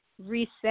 reset